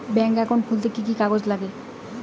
Bank account খুলতে কি কি কাগজ লাগে?